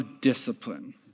discipline